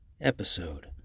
episode